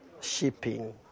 shipping